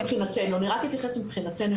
אני רק אומר שמבחינתנו,